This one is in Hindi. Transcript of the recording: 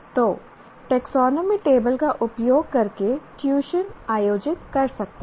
तो टेक्सोनोमी टेबल का उपयोग करके ट्यूशन आयोजित कर सकता है